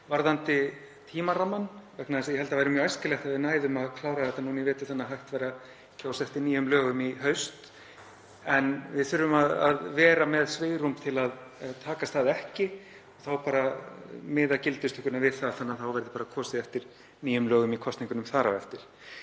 varðandi tímarammann vegna þess að ég held að mjög æskilegt væri að við næðum að klára þetta núna í vetur þannig að hægt væri að kjósa eftir nýjum lögum í haust. En við þurfum að vera með svigrúm til að takast það ekki og miða þá bara gildistökuna við það, þannig að þá verði kosið eftir nýjum lögum í kosningunum þar á eftir,